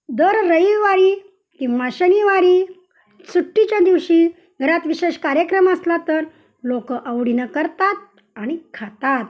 दर रविवारी किंवा शनिवारी सुट्टीच्या दिवशी घरात विशेष कार्यक्रम असला तर लोकं आवडीनं करतात आणि खातात